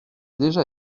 déjà